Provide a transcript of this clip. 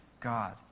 God